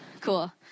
Cool